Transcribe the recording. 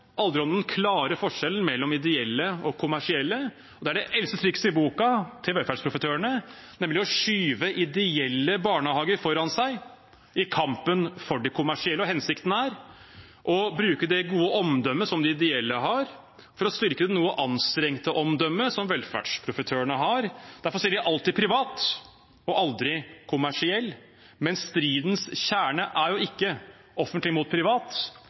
aldri om den klare forskjellen mellom ideelle og kommersielle, og det er det eldste trikset i boken til velferdsprofitørene, nemlig å skyve ideelle barnehager foran seg i kampen for de kommersielle. Hensikten er å bruke det gode omdømmet som de ideelle har, for å styrke det noe anstrengte omdømmet som velferdsprofitørene har. Derfor sier de alltid «privat» og aldri «kommersiell», men stridens kjerne er jo ikke offentlig mot privat,